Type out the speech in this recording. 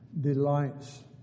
delights